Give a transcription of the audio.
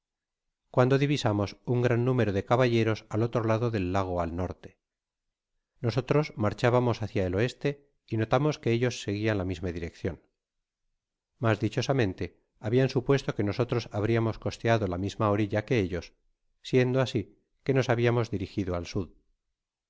cuando divisamos un gran número de caballeros al otro lado del lago al norte nosotros marchábamos hácia el oeste y notamos que ellos seguían la misma direccion mas dichosamente habian supuesto que nosotros habriamos costeado la misma orilla que ellos siendo asi que nos habiamos dirigido al sud